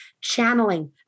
channeling